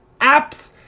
apps